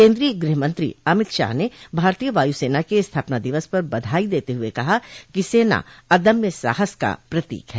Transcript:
केंद्रीय गृहमंत्री अभित शाह ने भारतीय वायुसेना के स्थारपना दिवस पर बधाई देते हुए कहा कि सेना अंदम्य साहस का प्रतीक है